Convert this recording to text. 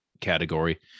category